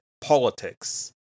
Politics